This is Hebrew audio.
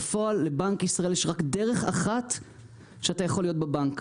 בפועל לבנק ישראל יש רק דרך אחת שאתה יכול להיות בנק,